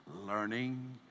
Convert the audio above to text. learning